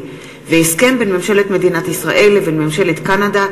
הסכם בין ממשלת מדינת ישראל לבין ממשלת מחוז גואנדונג,